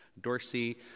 dorsey